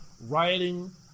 Writing